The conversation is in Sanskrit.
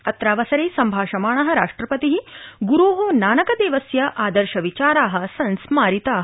अत्रावसरे सम्भाषमाण राष्ट्रपति गुरो नानकदेवस्य आदर्श विचारा संस्मारिता